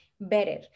better